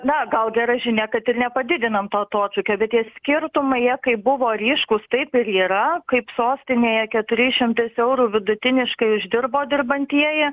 na gal gera žinia kad ir nepadidinam to atotrūkio bet tie skirtumai kaip buvo ryškūs taip ir yra kaip sostinėje keturiais šimtais eurų vidutiniškai uždirbo dirbantieji